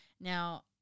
Now